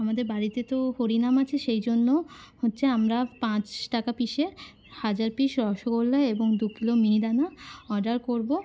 আমাদের বাড়িতে তো হরিনাম আছে সেই জন্য হচ্ছে আমরা পাঁচ টাকা পিসের হাজার পিস রসগোল্লা এবং দু কিলো মিহিদানা অর্ডার করবো